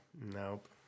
Nope